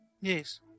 Yes